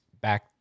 back